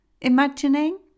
Imagining